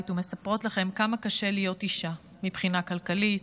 ומספרות לכם כמה קשה להיות אישה מבחינה כלכלית,